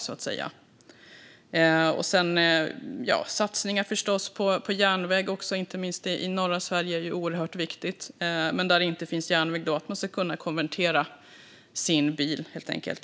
Vi har förstås även satsningar på järnväg, inte minst i norra Sverige. Det är oerhört viktigt. Men där det inte finns järnväg ska man kunna köra sin konverterade bil, helt enkelt.